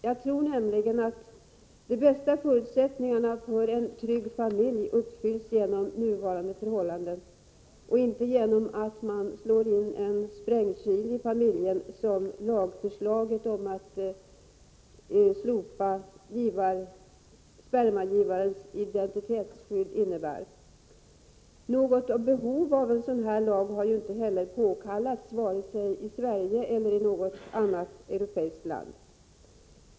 Jag tror nämligen att de bästa förutsättningarna för en trygg familj uppfylls genom nuvarande förhållanden, inte genom att man slår in en sprängkil i familjen, som lagförslaget om att slopa spermagivarens identitetsskydd innebär. Något behov av en sådan lag har inte heller påkallats vare sig i Sverige eller i något annat europeiskt land.